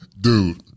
Dude